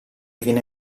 viene